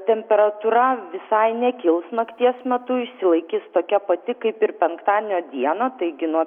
temperatūra visai nekils nakties metu išsilaikys tokia pati kaip ir penktadienio dieną taigi nuo